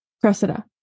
Cressida